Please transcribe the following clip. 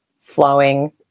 flowing